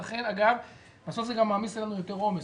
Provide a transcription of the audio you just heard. ולכן, זה מעמיס עלינו יותר עומס.